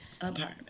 apartment